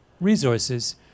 resources